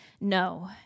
No